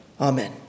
amen